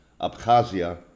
Abkhazia